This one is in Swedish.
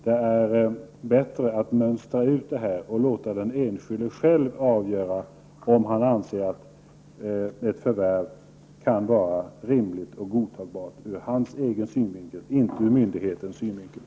Det är bättre att mönstra ut detta uttryck och låta den enskilde själv avgöra om han anser att ett förvärv kan vara rimligt och godtagbart ur sin egen -- inte myndighetens -- synvinkel.